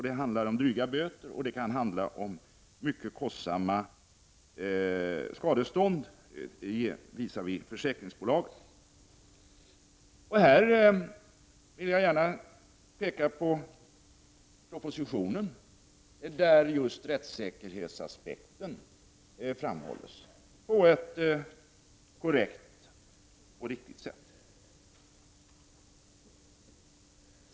Det handlar om dryga böter, och det kan handla om mycket kostsamma skadestånd visavi försäkringsbolag. Jag vill gärna peka på propositionen, där just rättssäkerhetsaspekten framhålls på ett korrekt och riktigt sätt.